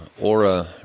Aura